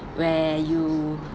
where you